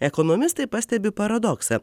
ekonomistai pastebi paradoksą